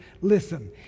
Listen